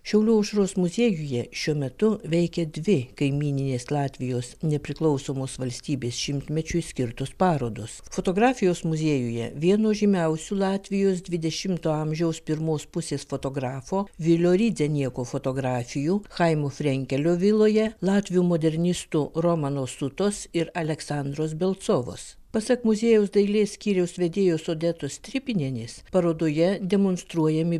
šiaulių aušros muziejuje šiuo metu veikia dvi kaimyninės latvijos nepriklausomos valstybės šimtmečiui skirtos parodos fotografijos muziejuje vieno žymiausių latvijos dvidešimto amžiaus pirmos pusės fotografo vilio rydzenieko fotografijų chaimo frenkelio viloje latvių modernistų romano sutos ir aleksandros belcovos pasak muziejaus dailės skyriaus vedėjos odetos stripinienės parodoje demonstruojami